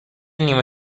نیمه